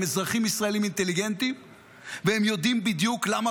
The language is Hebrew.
הם אזרחים ישראלים אינטליגנטיים והם יודעים בדיוק למה